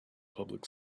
public